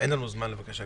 אין לנו זמן לבקש.